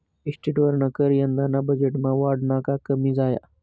इस्टेटवरना कर यंदाना बजेटमा वाढना का कमी झाया?